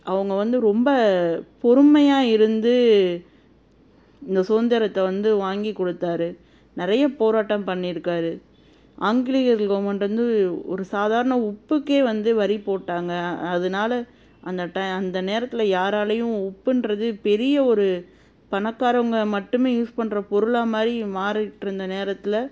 அவங்க வந்து ரொம்ப பொறுமையா இருந்து இந்த சுதந்திரத்த வந்து வாங்கி கொடுத்தாரு நிறைய போராட்டம் பண்ணி இருக்காரு ஆங்கிலேயர் கவுர்மெண்ட் வந்து ஒரு சாதாரண உப்புக்கே வந்து வரி போட்டாங்க அதனால அந்த டை அந்த நேரத்தில் யாராலயும் உப்புன்றது பெரிய ஒரு பணக்காரவங்க மட்டுமே யூஸ் பண்ணுற பொருளாக மாதிரி மாறிட்டு இருந்த நேரத்தில்